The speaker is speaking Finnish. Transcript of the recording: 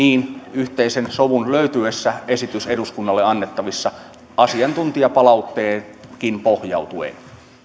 yhteisen sovun löytyessä esitys on eduskunnalle annettavissa asiantuntijapalautteeseenkin pohjautuen